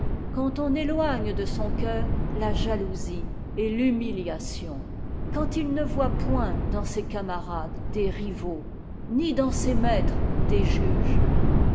quand on éloigne de son cœur la jalousie et l'humiliation quand il ne voit point dans ses camarades des rivaux ni dans ses maîtres des juges